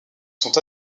sont